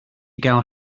gael